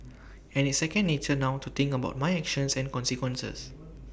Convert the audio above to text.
and it's second nature now to think about my actions and consequences